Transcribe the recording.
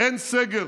אין סגר,